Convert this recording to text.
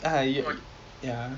ah ya